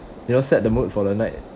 you know set the mood for the night